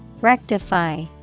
Rectify